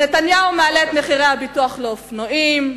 נתניהו מעלה את מחירי הביטוח לאופנועים.